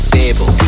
table